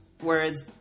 whereas